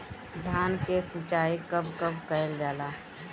धान के सिचाई कब कब कएल जाला?